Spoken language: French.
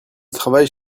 travaille